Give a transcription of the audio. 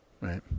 right